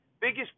biggest